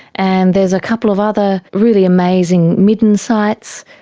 and there's a couple of other really amazing midden sites.